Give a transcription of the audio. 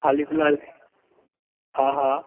हाली फ़िलहाल हा हा